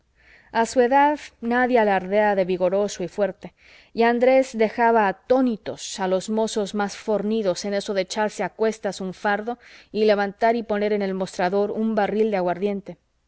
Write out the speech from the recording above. a su edad nadie alardea de vigoroso y fuerte y andrés dejaba atónitos a los mozos más fornidos en eso de echarse a cuestas un fardo y levantar y poner en el mostrador un barril de aguardiente